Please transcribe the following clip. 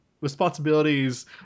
responsibilities